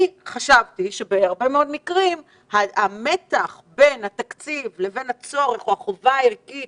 אני חשבתי שבהרבה מאוד מקרים המתח בין התקציב לבין החובה הערכית